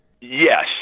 Yes